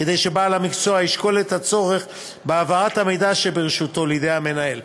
כדי שבעל המקצוע ישקול את הצורך בהעברת המידע שברשותו לידי המנהל.